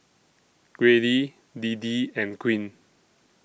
Grady Deedee and Queen